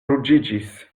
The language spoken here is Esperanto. ruĝiĝis